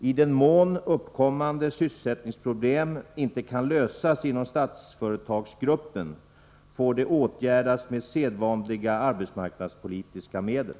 I den mån uppkommande sysselsättningsproblem inte kan lösas inom Statsföretagsgruppen får de åtgärdas med sedvanliga arbetsmarknadspolitiska medel.